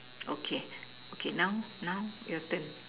okay okay now now your turn